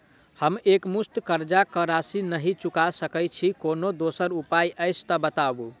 हम एकमुस्त कर्जा कऽ राशि नहि चुका सकय छी, कोनो दोसर उपाय अछि तऽ बताबु?